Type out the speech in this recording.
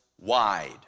wide